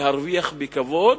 להרוויח בכבוד.